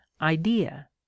idea